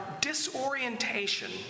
disorientation